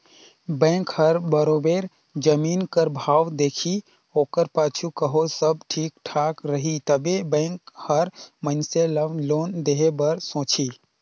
bank हर बरोबेर जमीन कर भाव देखही ओकर पाछू कहों सब ठीक ठाक रही तबे बेंक हर मइनसे ल लोन देहे बर सोंचही